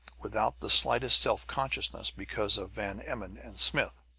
without the slightest self-consciousness because of van emmon and smith.